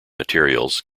materials